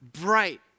bright